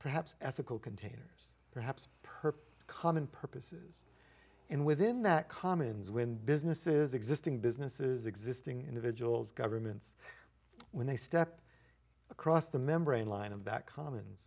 perhaps ethical containers perhaps per common purpose and within that commons when business is existing businesses existing individuals governments when they step across the membrane line of that com